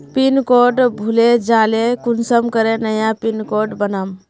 Pin code भूले जाले कुंसम करे नया पिन कोड बनाम?